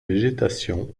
végétation